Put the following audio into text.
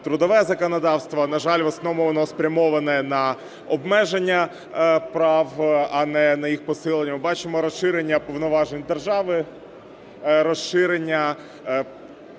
трудове законодавство. На жаль, в основному воно спрямоване на обмеження прав, а не на їх посилення. Ми бачимо розширення повноважень держави, розширення